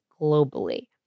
globally